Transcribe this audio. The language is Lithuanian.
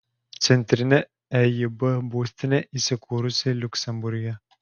centrinė eib būstinė įsikūrusi liuksemburge